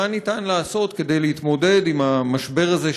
מה אפשר לעשות כדי להתמודד עם המשבר הזה,